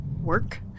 work